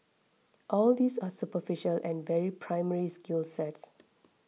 all these are superficial and very primary skill sets